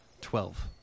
twelve